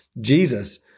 Jesus